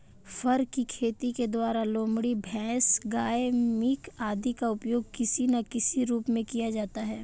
फर की खेती के द्वारा लोमड़ी, भैंस, गाय, मिंक आदि का उपयोग किसी ना किसी रूप में किया जाता है